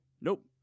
Nope